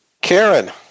Karen